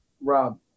Rob